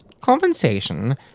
Compensation